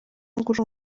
uri